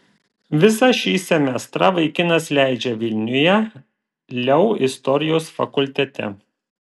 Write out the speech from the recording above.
visą šį semestrą vaikinas leidžia vilniuje leu istorijos fakultete